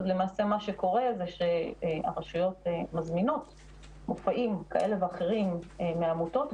אז למעשה מה שקורה זה שהרשויות מזמינות מופעים כאלה ואחרים מעמותות,